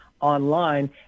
online